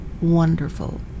wonderful